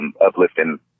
uplifting